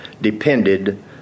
depended